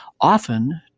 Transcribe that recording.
often